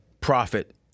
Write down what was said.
profit